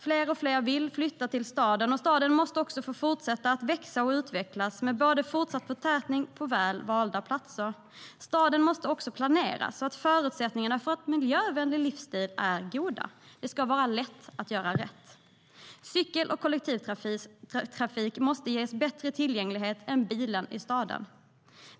Fler och fler vill flytta till staden, och staden måste också få fortsätta att växa och utvecklas med fortsatt förtätning på väl valda platser. Cykel och kollektivtrafik måste ges bättre tillgänglighet än bilen i staden.